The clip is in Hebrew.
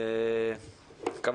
חזרנו מהפגרה.